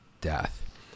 death